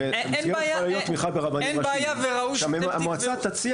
המסגרת יכולה להיות תמיכה ברבנים ראשיים שהמועצה תציע